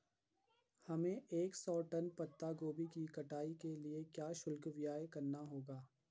हमें एक सौ टन पत्ता गोभी की कटाई के लिए क्या शुल्क व्यय करना होगा?